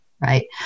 Right